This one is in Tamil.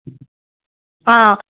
ஆ